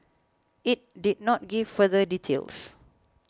it did not give further details